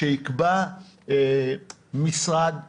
שיקבע משרד הבריאות.